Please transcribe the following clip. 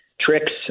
tricks